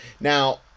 Now